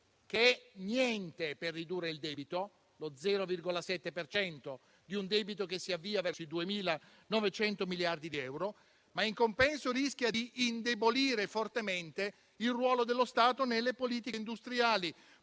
che è niente per ridurre il debito, lo 0,7 per cento di un debito che si avvia verso i 2.900 miliardi di euro, ma in compenso rischia di indebolire fortemente il ruolo dello Stato nelle politiche industriali,